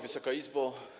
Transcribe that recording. Wysoka Izbo!